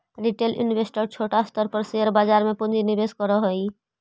retail investor छोटा स्तर पर शेयर बाजार में पूंजी निवेश करऽ हई